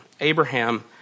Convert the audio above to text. Abraham